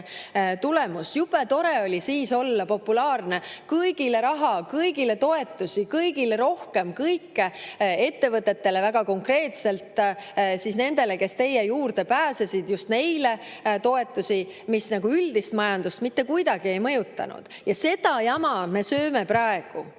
tulemus. Jube tore oli olla populaarne: kõigile raha, kõigile toetusi, kõigile rohkem kõike, ettevõtetele, väga konkreetselt nendele, kes teie juurde pääsesid, just neile toetusi, mis üldist majandus[olukorda] mitte kuidagi ei mõjutanud. Seda jama me peame praegu